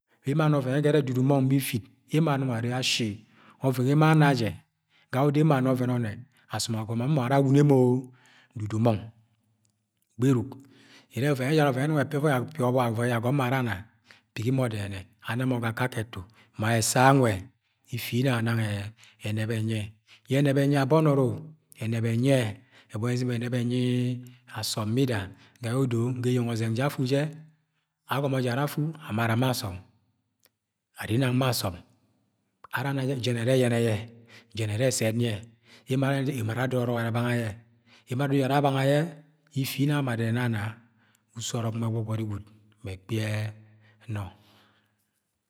Bẹ emo ana ọvẹn yẹ ẹgọng ẹrẹ dudu mọng ma ifit, emo anong arre ashi o̱vẹn nwe̱ emo ana, emo ama ọvẹm onnẹ, asom agomo awuno emo dudu mọng. Gberuk ire ọvẹn e̱jara ọvẹn yẹ ẹnọng e̱voi apigi ọbọk agọmo mo ara ana, pigi mo̱ dẹne̱ne̱ ana mọ ga akekẹ ẹtu. Ma e̱se̱ nwe ifinang anangẹ ẹne̱b e̱nyi yẹ. Yẹ e̱ne̱b enyi nọ abo̱nọd o! E̱ne̱b yẹ ẹbọni izɨm ẹnẹb asọm bida ga yẹ odo ga eyeng ọzẹng jẹ ye afu jẹ, agomo jẹ ara afu amara ma asọm, arinang ma asọm. Ara ana jẹ, jen ẹrẹ ẹyẹnẹ yẹ Je̱n ẹre̱ e̱sẹn yẹ. E mo arre ara adoro ọrọ abanga yẹ. Emo ara adoro orok je ẹbanga yẹ, ifinana ama dẹnẹnẹ ana, uso ọrọb nwẹ gbọgbọri gwud mẹ ẹkpi e̱ nọ.